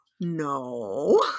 No